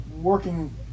working